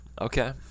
Okay